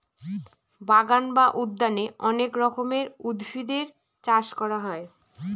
বাগান বা উদ্যানে অনেক রকমের উদ্ভিদের চাষ করা হয়